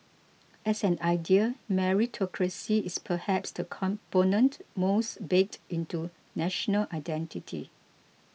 as an idea meritocracy is perhaps the component most baked into national identity